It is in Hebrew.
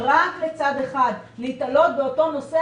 באופן כללי וכאן היו לנו דיונים סוערים ביותר בנושא